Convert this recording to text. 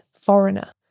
foreigner